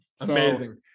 Amazing